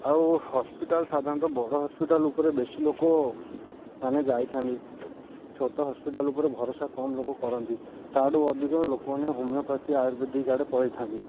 ଆଉ ହସ୍ପିଟାଲ୍ ସାଧାରଣତଃ ବଡ଼ ହସ୍ପିଟାଲ୍ ଉପରେ ବେଶୀ ଲୋକମାନେ ଯାଇଥାନ୍ତି ଛୋଟ ହସ୍ପିଟାଲ୍ ଉପରେ ଭରସା କମ୍ ଲୋକ କରନ୍ତି ତାଠୁ ଅଧିକ ଲୋକମାନେ ହୋମିଓପାଥି ଆୟୁର୍ବେଦିକ ଆଡ଼େ ପଳେଇଥାନ୍ତି